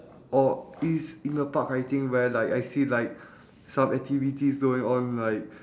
oh is in the park I think where like I see like some activities going on like